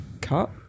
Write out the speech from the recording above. cut